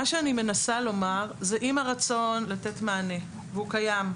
מה שאני מנסה לומר זה שעם הרצון לתת מענה שקיים,